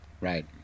Right